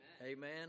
Amen